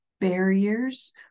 barriers